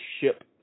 ship